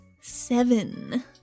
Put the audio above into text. Seven